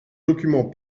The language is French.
documents